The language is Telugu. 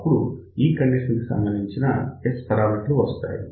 అప్పుడు ఈ కండిషన్ కి సంబంధించిన S పరామితులు వస్తాయి